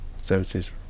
services